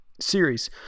series